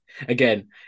again